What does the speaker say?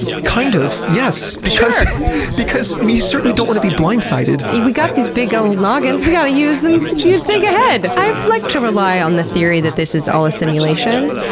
kind of yes. because because we certainly don't want to be blindsided. we got these big ol' noggins! we gotta use em! you think ahead! i like to rely on the theory that this is all a simulation.